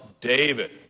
David